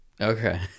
Okay